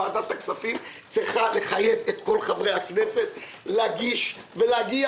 ועדת הכספים צריכה לחייב את כל חברי הכנסת להגיש ולהגיע,